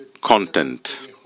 content